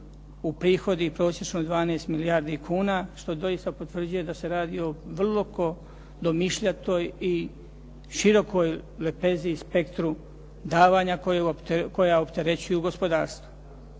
uprihodi prosječno 12 milijardi kuna što doista potvrđuje da se radi o vrlo domišljatoj i širokoj lepezi i spektru davanja koja opterećuju gospodarstvo.